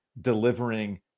delivering